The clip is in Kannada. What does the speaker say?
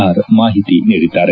ಆರ್ ಮಾಹಿತಿ ನೀಡಿದ್ದಾರೆ